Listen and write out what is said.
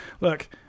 Look